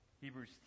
Hebrews